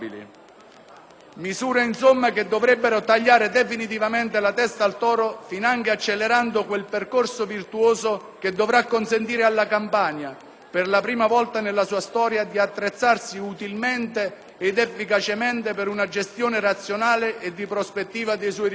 insomma, che dovrebbero tagliare definitivamente la testa al toro finanche accelerando quel percorso virtuoso che dovrà consentire alla Campania, per la prima volta nella sua storia, di attrezzarsi utilmente ed efficacemente per una gestione razionale e di prospettiva dei suoi rifiuti.